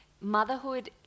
motherhood